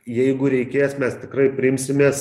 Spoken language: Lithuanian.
jeigu reikės mes tikrai priimsim mes